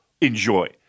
enjoy